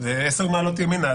זה עשר מעלות ימינה.